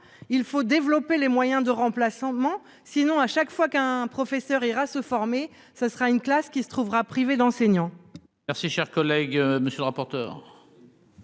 il faut développer les moyens de remplaçants bon sinon à chaque fois qu'un professeur ira se former, ce sera une classe qui se trouvera privé d'enseignants.